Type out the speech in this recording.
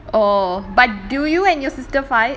orh but do you and your sister fight